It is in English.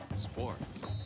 Sports